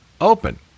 open